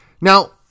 Now